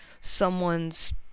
someone's